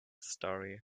story